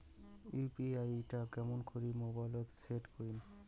UPI টা কেমন করি মোবাইলত সেট করিম?